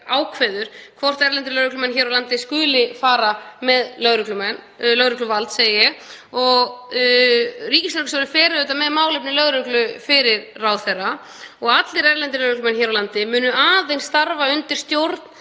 ákveður hvort erlendir lögreglumenn hér á landi skuli fara með lögregluvald. Ríkislögreglustjóri fer með málefni lögreglu fyrir ráðherra og allir erlendir lögreglumenn hér á landi munu aðeins starfa undir stjórn